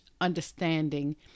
understanding